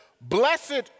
blessed